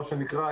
מה שנקרא,